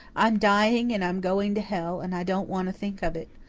i'm dying and i'm going to hell and i don't want to think of it.